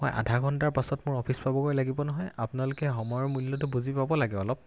হয় আধা ঘণ্টাৰ পাছত মোৰ অফিচ পাবগৈ লাগিব নহয় আপোনালোকে সময়ৰ মূল্যটো বুজি পাব লাগে অলপ